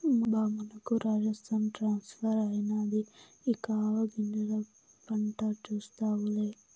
బా మనకు రాజస్థాన్ ట్రాన్స్ఫర్ అయినాది ఇక ఆవాగింజల పంట చూస్తావులే